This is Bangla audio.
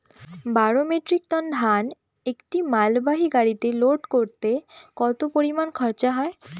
বারো মেট্রিক টন ধান একটি মালবাহী গাড়িতে লোড করতে কতো পরিমাণ খরচা হয়?